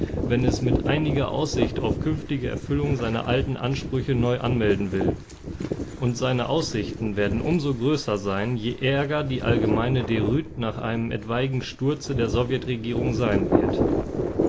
wenn es mit einiger aussicht auf künftige erfüllung seine alten ansprüche neu anmelden will und seine aussichten werden umso größer sein je ärger die allgemeine deroute nach einem etwaigen sturze der sowjetregierung sein wird